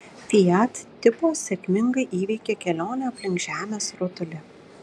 fiat tipo sėkmingai įveikė kelionę aplink žemės rutulį